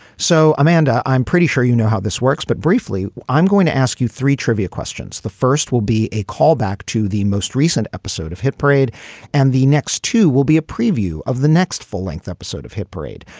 so amanda i'm pretty sure you know how this works but briefly i'm going to ask you three trivia questions. the first will be a callback to the most recent episode of hit parade and the next two will be a preview of the next full length episode of hit parade.